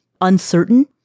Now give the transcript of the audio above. uncertain